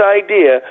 idea